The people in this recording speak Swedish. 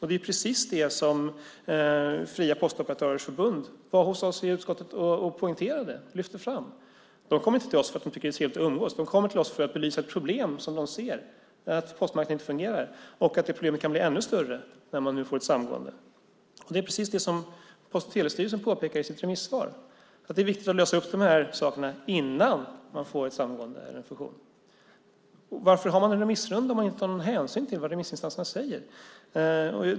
Det var precis det som Fria Postoperatörers Förbund var hos oss i utskottet och poängterade och lyfte fram. De kom inte till oss för att de tycker att det är trevligt att umgås, utan de kom till oss för att belysa ett problem som de ser med att postmarknaden inte fungerar och att det problemet kan bli ännu större när man nu får ett samgående. Det är precis detta som Post och telestyrelsen påpekar i sitt remissvar. Det är viktigt att lösa upp de här sakerna innan man får ett samgående eller en fusion. Varför har man en remissrunda om man inte tar någon hänsyn till vad remissinstanserna säger?